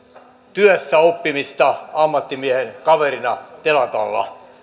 työssäoppimista ammattimiehen kaverina telakalla